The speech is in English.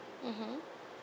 mmhmm